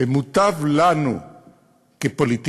ומוטב לנו כפוליטיקאים